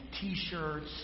t-shirts